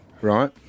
right